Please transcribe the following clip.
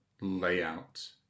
layout